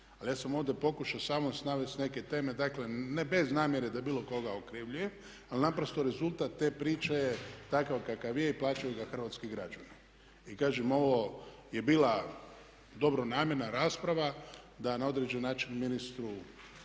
Ali ja sam ovdje pokušao samo neke teme dakle bez namjere da bilo koga okrivljujem ali naprosto rezultat te priče je takav kakav je i plaćaju ga hrvatski građani. I kažem ovo je bila dobronamjerna rasprava da na određeni način ministru